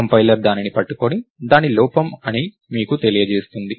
compiler దానిని పట్టుకుని దాని లోపం అని మీకు తెలియజేస్తుంది